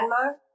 Myanmar